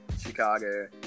Chicago